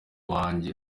wanjye